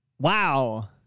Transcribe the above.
Wow